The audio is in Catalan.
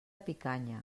picanya